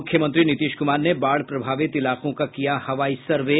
मूख्यमंत्री नीतीश कुमार ने बाढ़ प्रभावित इलाकों का किया हवाई सर्वे